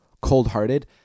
cold-hearted